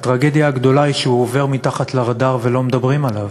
הטרגדיה הגדולה היא שהוא עובר מתחת לרדאר ולא מדברים עליו.